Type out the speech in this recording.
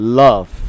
love